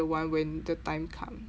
one when the time come